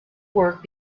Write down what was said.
work